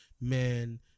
man